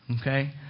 Okay